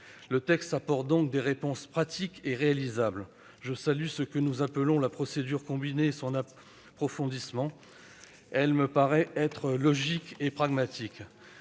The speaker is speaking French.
texte apporte donc des réponses pratiques et réalisables. Je salue ce que nous appelons la « procédure combinée » et son approfondissement. Elle me paraît être logique et pragmatique.